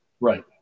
Right